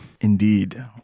Indeed